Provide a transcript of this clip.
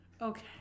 Okay